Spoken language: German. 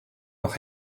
noch